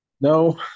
no